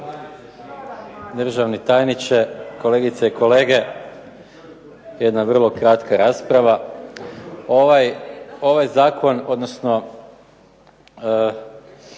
Državni tajniče, kolegice i kolege. Jedna vrlo kratka rasprava. Ovaj zakon odnosno